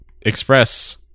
express